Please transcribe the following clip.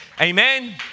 Amen